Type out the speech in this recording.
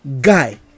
guy